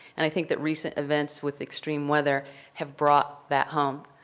and i think that recent events with extreme weather have brought that home.